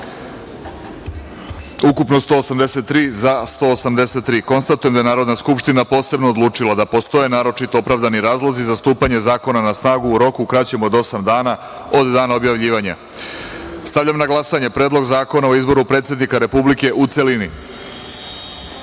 ukupno - 183, za - 183.Konstatujem da je Narodna skupština posebno odlučila da postoje naročito opravdani razlozi za stupanje zakona na snagu u roku kraćem od osam dana od dana objavljivanja. Stavljam na glasanje Predlog zakona o izboru predsednika Republike, u